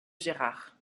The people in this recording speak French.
gérard